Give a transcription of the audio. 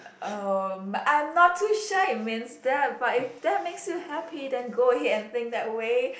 um but I'm not too sure it means that but if that makes you happy then go ahead and think that way